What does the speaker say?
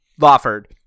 Lawford